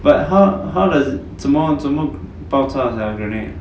but how how the 怎么怎么爆炸 sia grenade